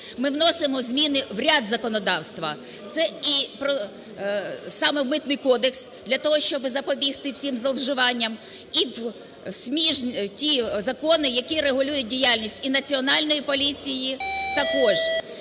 ми вносимо зміни в ряд законодавства: це і про… саме в Митний кодекс, для того щоб запобігти всім зловживанням, і в ті закони, які регулюють діяльність і Національної поліції також.